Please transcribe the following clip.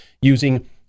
using